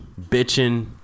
bitching